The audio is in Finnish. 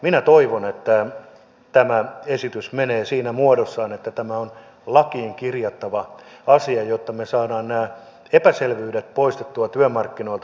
minä toivon että tämä esitys menee siinä muodossaan että tämä on lakiin kirjattava asia jotta me saamme nämä epäselvyydet poistettua työmarkkinoilta